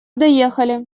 доехали